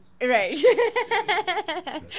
right